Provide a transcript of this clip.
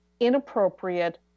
inappropriate